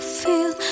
feel